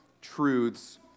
truths